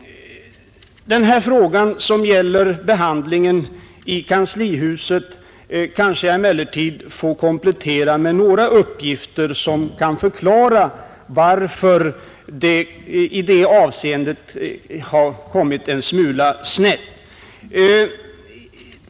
Frågan om behandlingen i kanslihuset får jag emellertid kanske komplettera med några uppgifter som kan förklara varför det i detta fall kommit en smula snett.